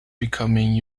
becoming